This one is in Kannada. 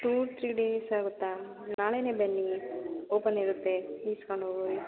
ಟು ಥ್ರಿ ಡೇಸ್ ಆಗುತ್ತಾ ನಾಳೆಯೇ ಬನ್ನಿ ಓಪನ್ ಇರುತ್ತೆ ಈಸ್ಕೊಂಡು ಹೋಬಗಹುದು